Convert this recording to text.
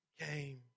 came